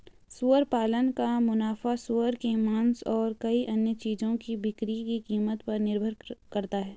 सुअर पालन का मुनाफा सूअर के मांस और कई अन्य चीजों की बिक्री की कीमत पर निर्भर करता है